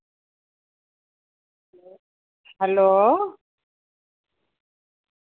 hello